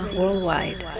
worldwide